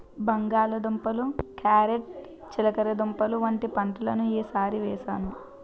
బంగాళ దుంపలు, క్యారేట్ చిలకడదుంపలు వంటి పంటలను ఈ సారి వేసాను